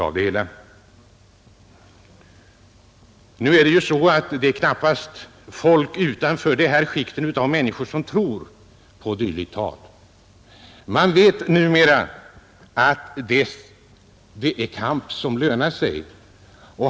Emellertid är det så, att man utanför det här skiktet av människor knappast tror på dylikt tal. Folk vet numera att en sådan kamp verkligen lönar sig.